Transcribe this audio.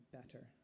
better